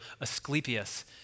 Asclepius